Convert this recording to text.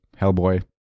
Hellboy